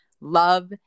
love